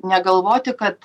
negalvoti kad